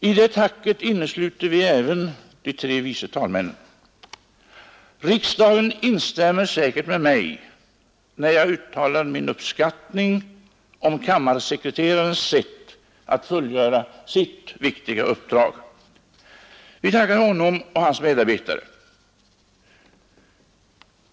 I detta tack innesluter vi även de tre vice talmännen. Riksdagen instämmer säkert med mig när jag uttalar min uppskattning av kammarsekreterarens sätt att fullgöra sitt viktiga uppdrag. Vi tackar honom och hans medarbetare.